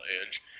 edge